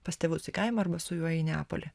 pas tėvus į kaimą arba su juo į neapolį